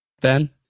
Ben